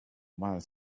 while